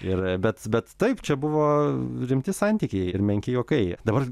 ir bet bet taip čia buvo rimti santykiai ir menki juokai dabar